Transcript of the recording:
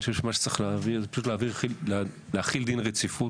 פשוט צריך להחיל דין רציפות.